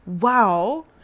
wow